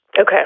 Okay